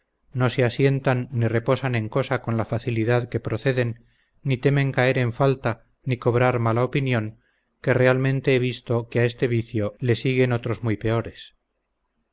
no se asientan ni reposan en cosa con la facilidad que proceden ni temen caer en falta ni cobrar mala opinión que realmente he visto que a este vicio le siguen otros muy peores